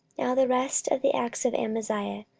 now the rest of the acts of amaziah,